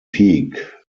peak